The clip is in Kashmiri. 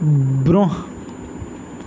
برٛونٛہہ